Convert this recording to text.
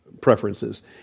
preferences